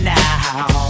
now